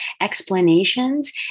explanations